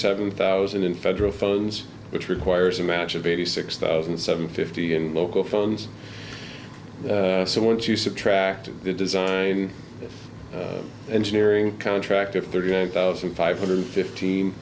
seven thousand in federal funds which requires a match of eighty six thousand seven fifty and local phones so once you subtract the design engineering contractor thirty eight thousand five hundred fifteen